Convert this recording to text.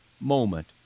moment